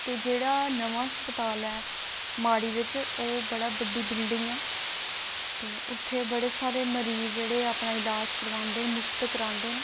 ते जेह्ड़ा नमां हस्पताल ऐ माड़ी बिच ओह् बड़ी बड्डी बिल्डिंग ऐ ते उत्थै बड़े सारे मरीज न जेह्ड़े अपना ईलाज करांदे न मुफ्त करांदे न